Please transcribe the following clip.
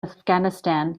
afghanistan